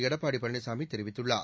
எடப்பாடி பழனிசாமி தெரிவித்துள்ளார்